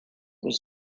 was